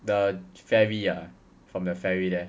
the ferry ah from the ferry there